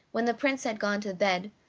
when the prince had gone to bed,